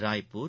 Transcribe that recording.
Raipur